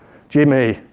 jimmy,